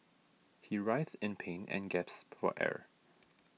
he writhed in pain and gasped for air